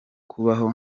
kubaho